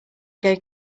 gay